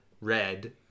red